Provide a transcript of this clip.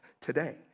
today